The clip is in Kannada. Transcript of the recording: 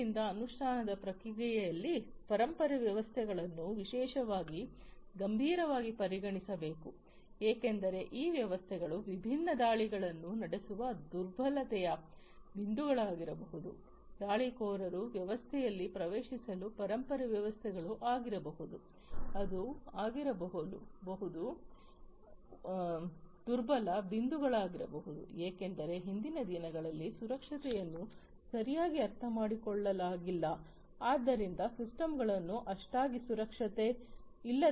ಆದ್ದರಿಂದ ಅನುಷ್ಠಾನದ ಪ್ರಕ್ರಿಯೆಯಲ್ಲಿ ಪರಂಪರೆ ವ್ಯವಸ್ಥೆಗಳನ್ನು ವಿಶೇಷವಾಗಿ ಗಂಭೀರವಾಗಿ ಪರಿಗಣಿಸಬೇಕು ಏಕೆಂದರೆ ಈ ವ್ಯವಸ್ಥೆಗಳು ವಿಭಿನ್ನ ದಾಳಿಗಳನ್ನು ನಡೆಸುವ ದುರ್ಬಲತೆಯ ಬಿಂದುಗಳಾಗಿರಬಹುದು ದಾಳಿಕೋರರು ವ್ಯವಸ್ಥೆಯಲ್ಲಿ ಪ್ರವೇಶಿಸಲು ಪರಂಪರೆ ವ್ಯವಸ್ಥೆಗಳು ಆಗಿರಬಹುದು ಅದು ಆಗಿರಬಹುದು ದುರ್ಬಲ ಬಿಂದುಗಳಾಗಿರಬಹುದು ಏಕೆಂದರೆ ಹಿಂದಿನ ದಿನಗಳಲ್ಲಿ ಸುರಕ್ಷತೆಯನ್ನು ಸರಿಯಾಗಿ ಅರ್ಥಮಾಡಿಕೊಳ್ಳಲಾಗಿಲ್ಲ ಆದ್ದರಿಂದ ಸಿಸ್ಟಮ್ ಗಳನ್ನು ಅಷ್ಟಾಗಿ ಸುರಕ್ಷತೆ ಇಲ್ಲದಂತೆ ರಚಿಸಲಾಗಿದೆ